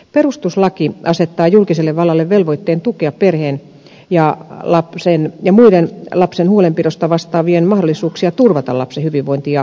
perustuslaki asettaa julkiselle vallalle velvoitteen tukea perheen ja muiden lapsen huolenpidosta vastaavien mahdollisuuksia turvata lapsen hyvinvointi ja yksilöllinen kasvu